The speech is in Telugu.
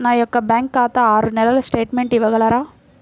నా యొక్క బ్యాంకు ఖాతా ఆరు నెలల స్టేట్మెంట్ ఇవ్వగలరా?